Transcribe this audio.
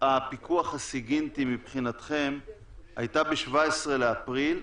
הפיקוח הסיגינטי על חולים היתה ב-17 באפריל.